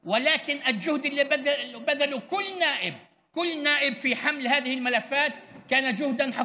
אבל המאמצים שהשקיע כל חבר כנסת בהצגת התיקים האלה היו מאמצים של ממש.